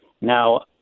Now